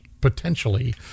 potentially